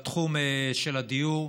בתחום של הדיור.